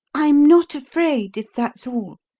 i'm not afraid, if that's all,